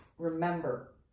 remember